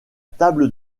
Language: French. table